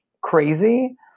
crazy